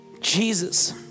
Jesus